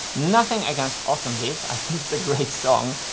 nothing against autumn leaves, i think it's a great song.